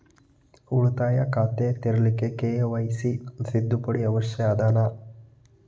ಉಳಿತಾಯ ಖಾತೆ ತೆರಿಲಿಕ್ಕೆ ಕೆ.ವೈ.ಸಿ ತಿದ್ದುಪಡಿ ಅವಶ್ಯ ಅದನಾ?